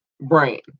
brain